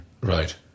Right